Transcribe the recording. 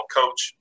coach